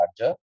larger